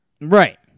right